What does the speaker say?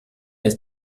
ist